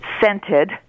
scented